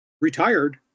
retired